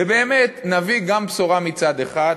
ובאמת נביא גם בשורה מצד אחד,